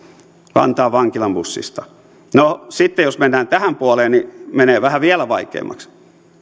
vantaan vankilan bussista no sitten jos mennään tähän puoleen niin menee vielä vaikeammaksi